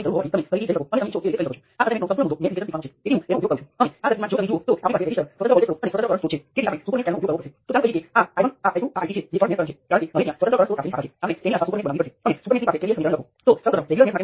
પછી આ કાયદેસર રીતે ઇક્વિવેલન્ટ રેઝિસ્ટન્સ દ્વારા રજૂ કરી શકાય છે જે 0 છે બીજી બાજુ જો તમે ઇક્વિવેલન્ટ કંડક્ટન્સની ગણતરી કરો તો તે અનંત હશે